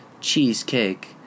cheesecake